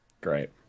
Great